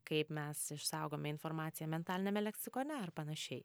kaip mes išsaugome informaciją mentaliniame leksikone ar panašiai